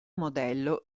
modello